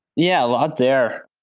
yeah. a lot there,